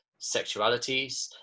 sexualities